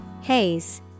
haze